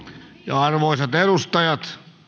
arvoisat edustajat